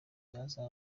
yaza